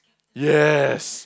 yes